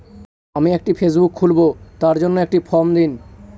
আমি একটি ফেসবুক খুলব তার জন্য একটি ফ্রম দিন?